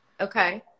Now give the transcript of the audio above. Okay